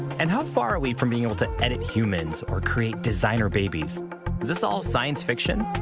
and how far are we from being able to edit humans or create designer babies? is this all science fiction?